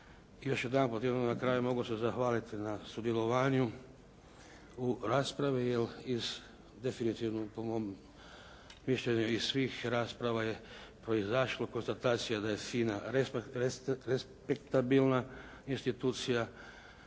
Još jedanput i odmah na kraju mogu se zahvaliti na sudjelovanju u raspravi, jer definitivno po mom mišljenju iz svih rasprava je proizašla konstatacija da je FINA respektabilna institucija